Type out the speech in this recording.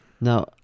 Now